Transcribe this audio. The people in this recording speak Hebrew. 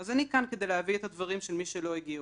אז אני כאן כדי להביא את הדברים של מי שלא הגיעו,